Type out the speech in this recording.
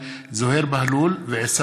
תודה.